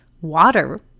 water